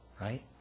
right